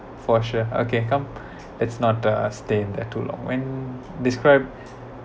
for sure okay come let's not uh stay in there too long when describe